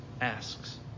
asks